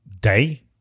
day